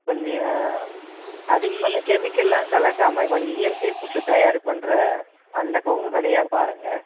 கொஞ்சம் அதிகமாக இந்த கெமிக்கல் எல்லாம் கலக்காமல் கொஞ்ச இயற்கை ஃபுட்டு தயார் பண்ணுற அந்த கொங்கு கடையாக பாருங்கள்